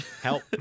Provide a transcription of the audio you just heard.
help